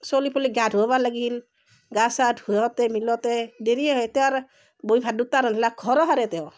চলি পলিক গা ধুৱাবা লাগিল গা চা ধুৱাওঁতে মিলাওঁতে দেৰিয়েই হয় তেওঁৰ গৈ ভাত দুটা ৰান্ধলাক ঘৰো সাৰে তেওঁ